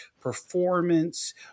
performance